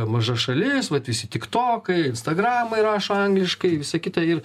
maža šalis vat visi tik tokai instagramai rašo angliškai visa kita ir